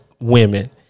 women